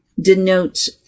denotes